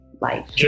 life